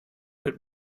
wird